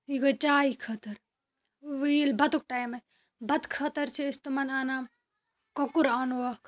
یہِ گٔے چایہِ خٲطرٕ وۄنۍ ییٚلہِ بَتُک ٹایِم آسہِ بَتہٕ خٲطرٕ چھِ أسۍ تٕمَن اَنان کۄکُر اَنووکھ